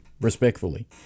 respectfully